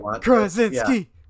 Krasinski